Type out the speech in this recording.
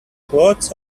clothes